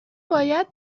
باید